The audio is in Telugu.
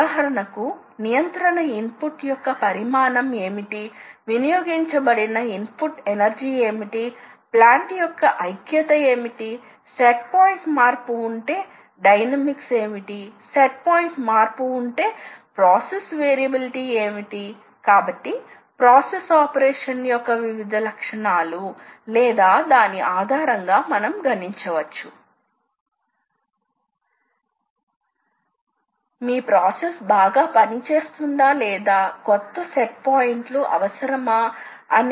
సాధారణంగా అబ్సొల్యూట సిస్టమ్ కు ప్రాధాన్యత ఇవ్వబడుతుంది కాబట్టి మీరు ఈ నాలుగు పాయింట్ల యొక్క x అక్షం కోఆర్డినేట్లను పేర్కొనాలనుకుంటే ఇంక్రిమెంటల్ సిస్టమ్ లో ఇది ఇక్కడ X అని అనుకుందాం ఇక్కడ x కోఆర్డినేట్ X కాబట్టి ఇది X 300 అవుతుంది అదేవిధంగా ఇది మీరు X 300 చేసిన తర్వాత ఇప్పుడు మీరు ప్రస్తుతం ఒకటి వద్ద ఉన్నారు కాబట్టి ఇప్పుడు X అనేది X 300 లో ఈ పాయింట్ యొక్క X కోఆర్డినేట్ మరియు ఈ పాయింట్ యొక్క కోఆర్డినేట్ X 500